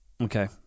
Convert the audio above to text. okay